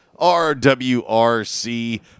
RWRC